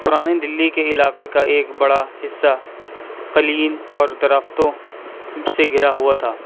پرانی دلی کے علاقے کا ایک بڑا حصہ کلیل اور درختوں سے گھرا ہوا تھا